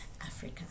Africa